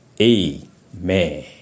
Amen